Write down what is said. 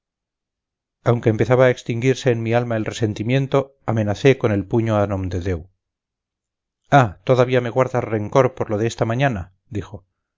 aunque empezaba a extinguirse en mi alma el resentimiento amenacé con el puño a nomdedeu ah todavía me guardas rencor por lo de esta mañana dijo